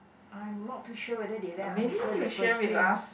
I'm not too sure whether did I answer that question